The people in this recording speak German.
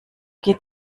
geht